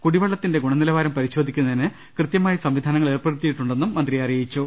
കുടിവെള്ളത്തിന്റെ ഗുണനിലവാരം പരിശോ ധിക്കുന്നതിന് കൃതൃമായ സംവിധാനങ്ങൾ ഏർപ്പെടുത്തിയിട്ടു ണ്ടെന്നും മന്ത്രി അറിയിച്ചു